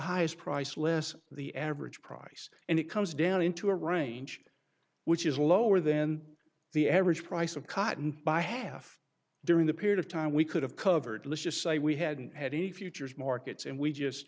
highest price less the average price and it comes down into a range which is lower than the average price of cotton by half during the period of time we could have covered licious a we hadn't had any futures markets and we just